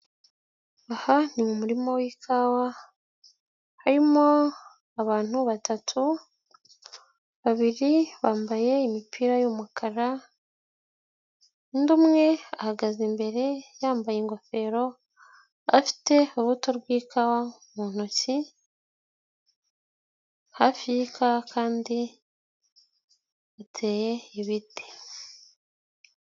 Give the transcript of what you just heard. Aha ni mu murima w'ikawa harimo abantu batatu, babiri bambaye imipira y'umukara, undi umwe ahagaze imbere yambaye ingofero afite urubuto rw'ikawa mu ntoki, hafi y'ikawa kandi iteye ibiti.